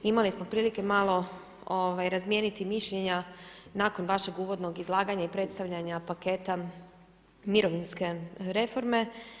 Imali smo prilike malo razmijeniti mišljenja nakon vašeg uvodnog izlaganja i predstavljanja paketa mirovinske reforme.